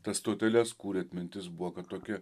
tas stoteles kūrėt mintis buvo kad tokie